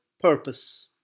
purpose